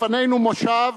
לפנינו מושב